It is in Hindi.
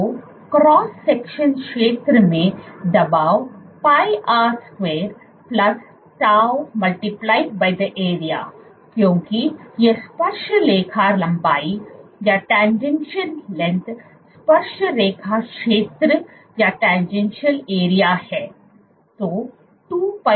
तो क्रॉस सेक्शन क्षेत्र में दबाव πr2 τ × the area क्योंकि यह स्पर्शरेखा लंबाई स्पर्शरेखा क्षेत्र है